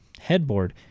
headboard